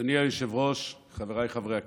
אדוני היושב-ראש, חבריי חברי הכנסת,